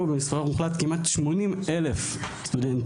במספר מוחלט על כמעט 80,000 סטודנטים.